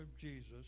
Jesus